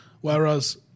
Whereas